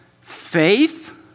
faith